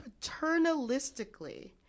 paternalistically